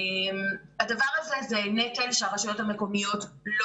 הדבר הזה הוא נטל שהרשויות המקומיות לא